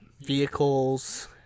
vehicles